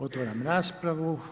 Otvaram raspravu.